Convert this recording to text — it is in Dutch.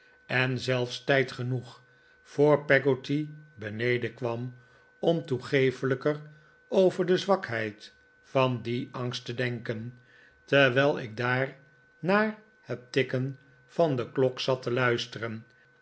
en zelfs tijd genoeg voor peggoty beneden kwam om toegeeflijker over de zwakheid van dien angst te denken terwijl ik daar naar het tikken van de klok zat te luisteren